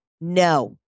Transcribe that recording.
no